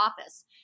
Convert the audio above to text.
office